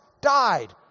died